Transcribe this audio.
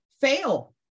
fail